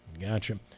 Gotcha